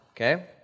okay